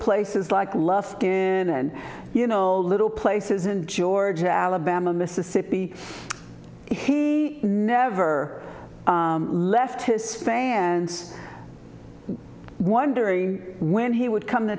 places like lufkin you know little places in georgia alabama mississippi he never left his fans wondering when he would come to